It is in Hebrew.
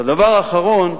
והדבר האחרון,